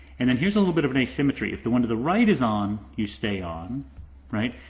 and and here's a little bit of an asymmetry, if the one to the right is on you stay on right.